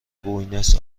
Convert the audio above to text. بوینس